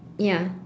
ya